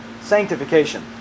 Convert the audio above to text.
Sanctification